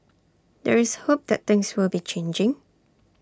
there is hope that things will be changing